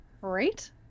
Right